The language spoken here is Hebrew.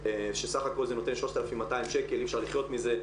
שסך הכול זה נותן 3,200 שקל - אי אפשר לחיות מזה,